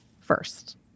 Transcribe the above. first